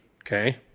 okay